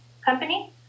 company